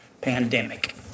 Pandemic